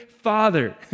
father